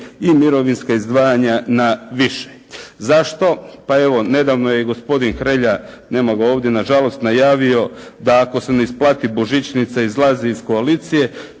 i mirovinska izdvajanja na više. Zašto? Pa evo nedavno je i gospodin Hrelja, nema ga ovdje nažalost, najavio da ako se ne isplati božićnica izlazi iz koalicije,